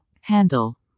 Handle